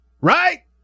Right